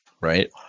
right